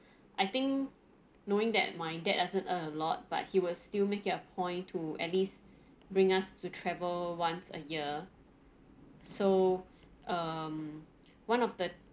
I think knowing that my dad doesn't earn a lot but he will still make it a point to at least bring us to travel once a year so um one of the